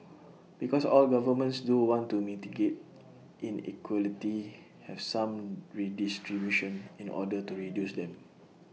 because all governments do want to mitigate inequality have some redistribution in order to reduce them